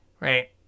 Right